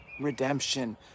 redemption